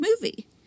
movie